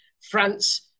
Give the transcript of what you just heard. France